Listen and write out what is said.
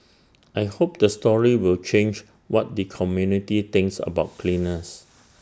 I hope the story will change what the community thinks about cleaners